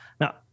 Now